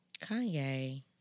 Kanye